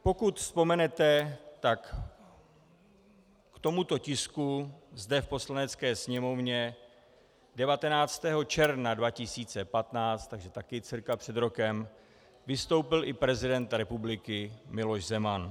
Pokud vzpomenete, tak k tomuto tisku zde v Poslanecké sněmovně 19. června 2015, takže taky cca před rokem, vystoupil i prezident republiky Miloš Zeman.